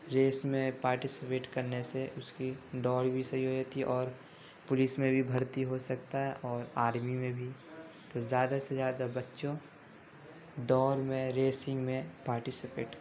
race میں participate کرنے سے اس کی دوڑ بھی صحیح ہو جاتی ہے اور پولیس میں بھی بھرتی ہو سکتا ہے اور آرمی میں بھی تو زیادہ سے زیادہ بچوں دوڑ میں ریسنگ میں پارٹیسپیٹ کرنا